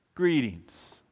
greetings